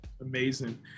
Amazing